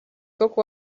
kogu